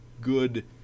good